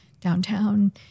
downtown